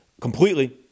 completely